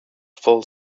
full